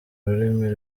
rurimi